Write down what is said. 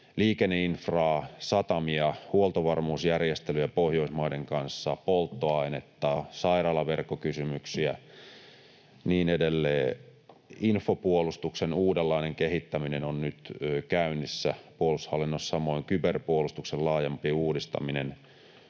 liikenne-infraa, satamia, huoltovarmuusjärjestelyjä Pohjoismaiden kanssa, polttoainetta, sairaalaverkkokysymyksiä ja niin edelleen. Info-puolustuksen uudenlainen kehittäminen on nyt käynnissä puolustushallinnossa, samoin kyberpuolustuksen laajempi uudistaminen.